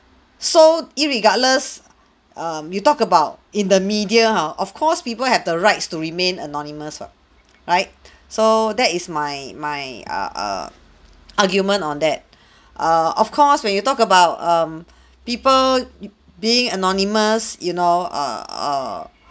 so irregardless um you talk about in the media ha of course people have the rights to remain anonymous what right so that is my my uh err argument on that err of course when you talk about um people being anonymous you know err